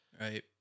Right